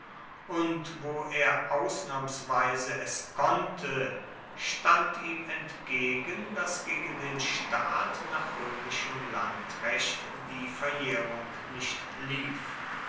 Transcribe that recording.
und wo er ausnahmsweise es konnte stand ihm entgegen daß gegen den staat nach römischem landrecht die verjährung nicht lief